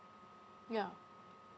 ya